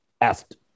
asked